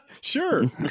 Sure